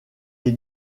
est